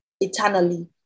eternally